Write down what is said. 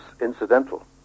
incidental